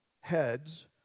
Heads